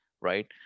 right